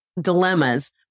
dilemmas